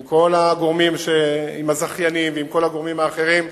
עם הזכיינים ועם כל הגורמים האחרים,